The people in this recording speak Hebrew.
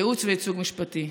ייעוץ וייצוג משפטי.